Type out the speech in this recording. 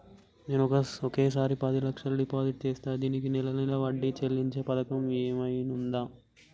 నేను ఒకేసారి పది లక్షలు డిపాజిట్ చేస్తా దీనికి నెల నెల వడ్డీ చెల్లించే పథకం ఏమైనుందా?